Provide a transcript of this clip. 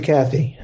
Kathy